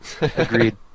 Agreed